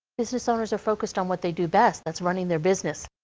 business owners are focused on what they do best, that's running their business.